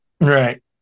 right